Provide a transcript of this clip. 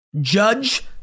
Judge